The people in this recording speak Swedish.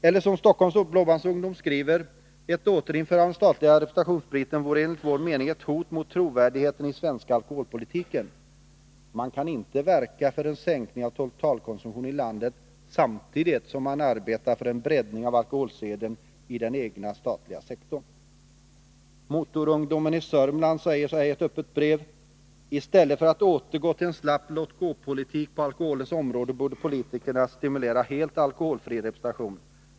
Ett återinförande av den statliga representationsspriten vore enligt vår mening ett hot mot trovärdigheten i den svenska alkoholpolitiken. Man kan inte verka för en sänkning av totalkonsumtionen i landet samtidigt som man arbetar för en breddning av alkoholseden i den egna — statliga — sektorn. Motorungdomar i Sörmland säger så här i ett öppet brev: I stället för att återgå till en slapp låt-gå-politik på alkoholens område borde politikerna stimulera helt alkoholfri representation.